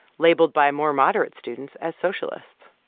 labeled by more moderate students as socialists.